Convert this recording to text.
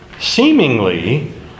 seemingly